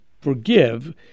forgive